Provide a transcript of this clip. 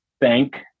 thank